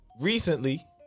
recently